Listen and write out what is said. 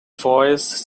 voice